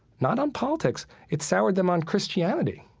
not on politics, it's soured them on christianity.